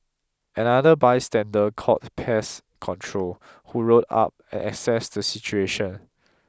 another bystander called pest control who rolled up and assessed the situation